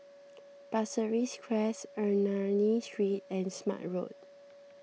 Pasir Ris Crest Ernani Street and Smart Road